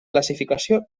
classificació